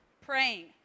praying